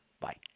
Bye